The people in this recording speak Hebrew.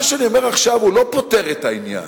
מה שאני אומר עכשיו לא פותר את העניין,